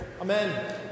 Amen